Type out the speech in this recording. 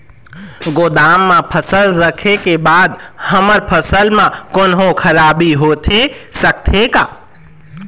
गोदाम मा फसल रखें के बाद हमर फसल मा कोन्हों खराबी होथे सकथे का?